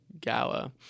gala